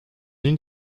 une